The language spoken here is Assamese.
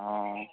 অ